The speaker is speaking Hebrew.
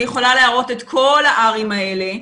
אני יכולה להראות את כל ה-Rים האלה,